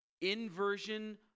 inversion